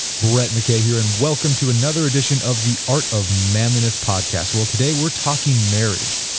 brett mckay here, and welcome to another edition of the art of manliness podcast. well today we're talking marriage.